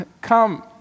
come